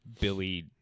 Billy